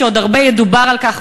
ועוד הרבה ידובר על כך,